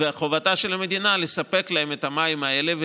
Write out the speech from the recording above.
וחובתה של המדינה לספק להם את המים האלה.